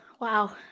Wow